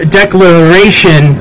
declaration